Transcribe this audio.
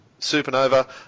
Supernova